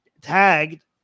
tagged